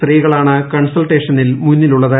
സ്ത്രീകളാണ് കൾസൾട്ടേഷനിൽ മുന്നിലുളളത്